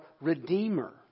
redeemer